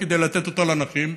כדי לתת אותה לנכים,